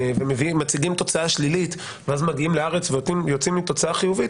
ומציגים תוצאה שלילית ואז מגיעים לארץ ויוצאים עם תוצאה חיובית,